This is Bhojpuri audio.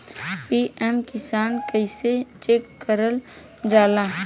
पी.एम किसान कइसे चेक करल जाला?